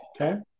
Okay